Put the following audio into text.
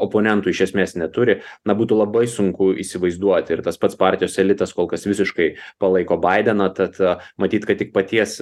oponentų iš esmės neturi na būtų labai sunku įsivaizduoti ir tas pats partijos elitas kol kas visiškai palaiko baideną tad matyt kad tik paties